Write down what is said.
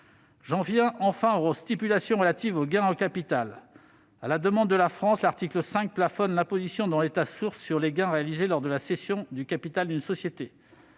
J'en viens enfin aux stipulations relatives aux gains en capital. À la demande de la France, l'article 5 plafonne l'imposition dans l'État source sur les gains réalisés lors de la cession du capital d'une société